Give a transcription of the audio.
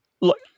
look